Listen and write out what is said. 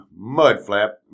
Mudflap